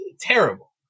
terrible